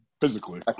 physically